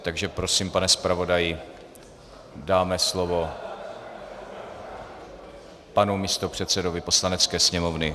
Takže prosím, pane zpravodaji, dáme slovo panu místopředsedovi Poslanecké sněmovny.